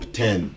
ten